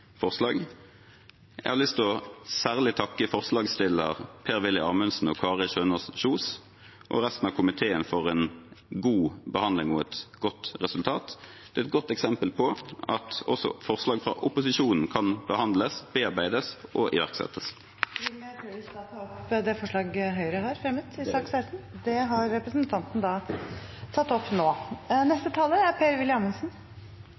Jeg har lyst til særlig å takke forslagsstillerne Per-Willy Amundsen og Kari Kjønaas Kjos og resten av komiteen for en god behandling og et godt resultat. Det er et godt eksempel på at også forslag fra opposisjonen kan behandles, bearbeides og iverksettes. Vil representanten ta opp det forslaget Høyre har fremmet i sak nr. 16? Det vil jeg. Representanten Peter Frølich har tatt opp